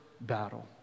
battle